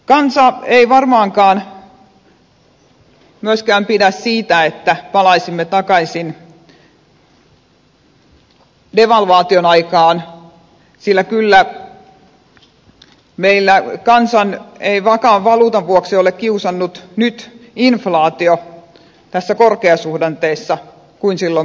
kansa ei varmaankaan myöskään pidä siitä että palaisimme takaisin devalvaation aikaan sillä ei meillä kansaa vakaan valuutan vuoksi ole kyllä kiusannut nyt inflaatio näissä korkeasuhdanteissa niin kuin silloin markka aikana